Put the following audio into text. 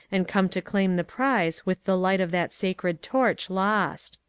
and come to claim the prize with the light of that sacred torch lost!